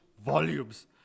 volumes